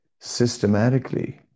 systematically